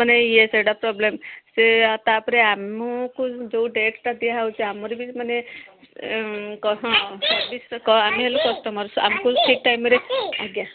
ମାନେ ଇଏ ସେଇଟା ପ୍ରୋବ୍ଲେମ୍ ସେ ତା'ପରେ ଆମକୁ ଯେଉଁ ଡେଟ୍ଟା ଦିଆ ହେଉଛି ଆମର ବି ମାନେ ହଁ ଆମେ ହେଲେ କଷ୍ଟମର୍ ଆମକୁ ଠିକ୍ ଟାଇମ୍ରେ ଆଜ୍ଞା